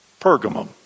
Pergamum